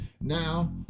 Now